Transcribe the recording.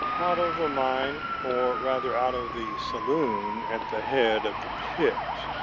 out of a mine or rather out of the saloon at the head of the pit.